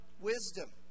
wisdom